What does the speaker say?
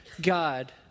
God